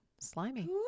Slimy